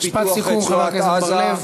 משפט סיכום, חבר הכנסת בר-לב.